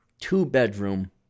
two-bedroom